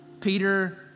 Peter